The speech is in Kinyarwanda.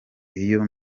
iyo